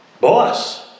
boss